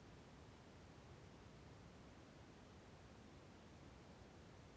ದಾಖಲೆಗಳನ್ನು ಸಲ್ಲಿಸಿದ್ದೇನೆ ನಂತರ ಎಷ್ಟು ದಿವಸ ಬೇಕು ಅಕೌಂಟ್ ಓಪನ್ ಆಗಲಿಕ್ಕೆ?